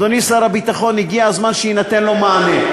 אדוני שר הביטחון, הגיע הזמן שיינתן לו מענה.